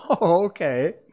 okay